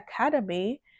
Academy